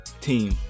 team